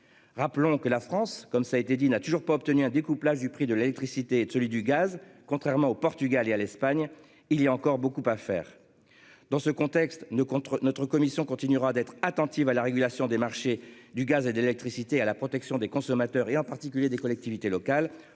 Rappelons que la France, comme ça a été dit, n'a toujours pas obtenu un découplage du prix de l'électricité, celui du gaz. Contrairement au Portugal et à l'Espagne. Il y a encore beaucoup à faire. Dans ce contexte ne contre notre commission continuera d'être attentive à la régulation des marchés du gaz et d'électricité à la protection des consommateurs et en particulier des collectivités locales